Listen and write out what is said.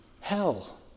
hell